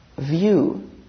view